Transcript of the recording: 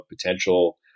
potential